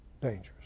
dangerous